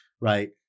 right